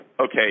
okay